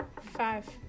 Five